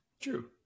true